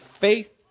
faith